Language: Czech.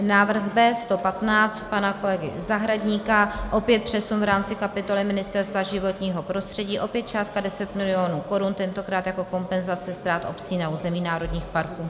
Návrh B115 pana kolegy Zahradníka opět přesun v rámci kapitoly Ministerstva životního prostředí, opět částka 10 mil. korun, tentokrát jako kompenzace ztrát obcí na území národních parků.